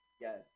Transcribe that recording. Yes